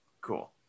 Cool